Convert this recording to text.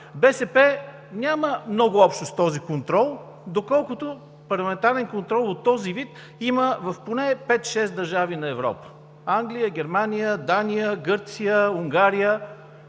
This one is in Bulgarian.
БСП няма много общо с кози контрол, доколкото парламентарен контрол от този вид има в поне 5-6 държави на Европа – Англия, Германия, Дания, Гърция, Унгария,